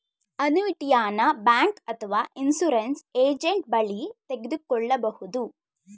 ಅನುಯಿಟಿಯನ bank ಅಥವಾ insurance agent ಬಳಿ ತೆಗೆದುಕೊಳ್ಳಬಹುದು